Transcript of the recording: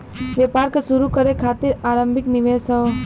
व्यापार क शुरू करे खातिर आरम्भिक निवेश हौ